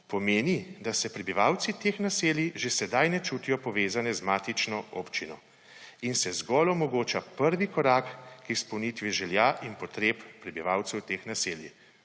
pomeni, da se prebivalci teh naselij že sedaj ne čutijo povezane z matično občino. In se zgolj omogoča prvi korak k izpolnitvi želja in potreb prebivalcev teh naselij.